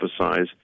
emphasize